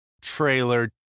trailer